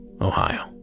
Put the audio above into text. Ohio